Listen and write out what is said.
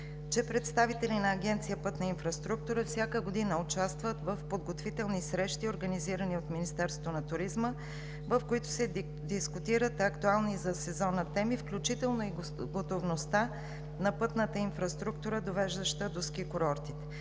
че представители на Агенция „Пътна инфраструктура“ всяка година участват в подготвителни срещи, организирани от Министерството на туризма, в които се дискутират актуални за сезона теми, включително готовността на пътната инфраструктура, довеждаща до ски курортите.